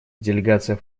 делегация